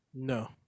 No